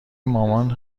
مامان